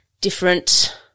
different